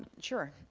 sure.